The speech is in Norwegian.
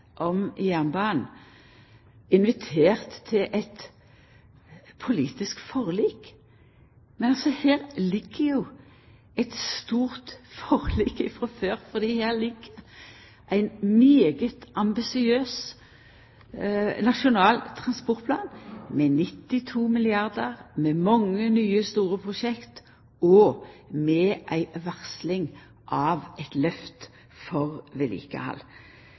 om jernbanen – og invitert til eit politisk forlik. Men her ligg det jo eit stort forlik frå før, for her ligg det ein svært ambisiøs Nasjonal transportplan med 92 milliardar kr, med mange store prosjekt og med ei varsling om eit lyft for vedlikehald.